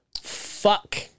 fuck